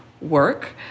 work